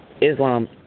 Islam